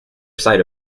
side